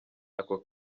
ako